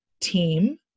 team